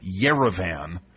Yerevan